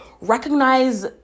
Recognize